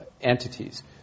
entities